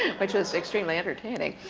which is extremely entertaining.